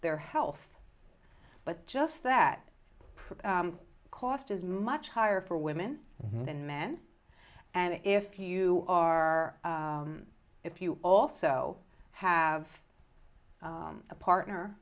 their health but just that cost is much higher for women than men and if you are if you also have a partner